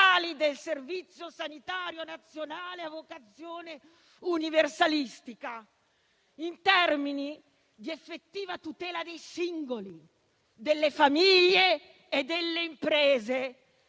del Servizio sanitario nazionale a vocazione universalistica, in termini di effettiva tutela dei singoli, delle famiglie e delle imprese